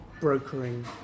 brokering